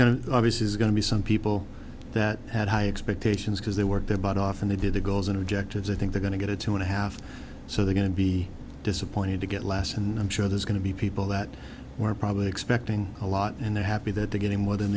to obviously is going to be some people that had high expectations because they were there but often they did the goals and objectives i think they're going to get a two and a half so they're going to be disappointed to get last and i'm sure there's going to be people that were probably expecting a lot and they're happy that they're getting more than